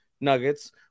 nuggets